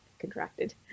contracted